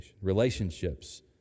Relationships